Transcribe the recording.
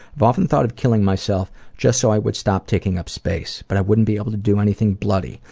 i've often thought of killing myself just so i would stop taking up space, but i wouldn't be able to do anything bloody,